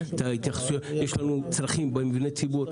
יש לנו צרכים במבני ציבור.